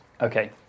Okay